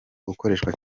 ukoreshwa